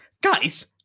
guys